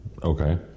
Okay